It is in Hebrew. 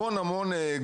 יש פה המון המון גורמים,